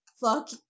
Fuck